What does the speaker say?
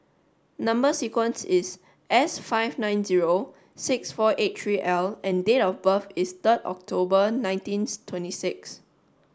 number sequence is S five nine zero six four eight three L and date of birth is third October nineteenth twenty six